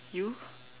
you